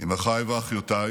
עם אחיי ואחיותיי